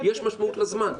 יש משמעות לזמן.